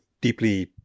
deeply